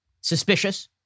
suspicious